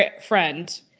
friend